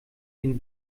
den